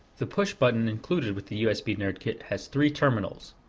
the push button included with the usb nerdkit has three terminals,